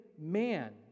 man